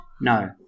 No